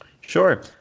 Sure